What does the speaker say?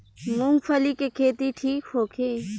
मूँगफली के खेती ठीक होखे?